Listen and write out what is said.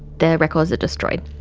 the records are destroyed.